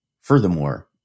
Furthermore